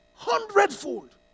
Hundredfold